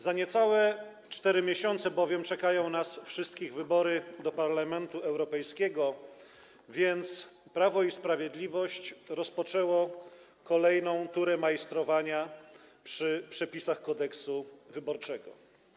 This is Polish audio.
Za niecałe 4 miesiące bowiem czekają nas wszystkich wybory do Parlamentu Europejskiego, więc Prawo i Sprawiedliwość rozpoczęło kolejną turę majstrowania przy przepisach Kodeksu wyborczego.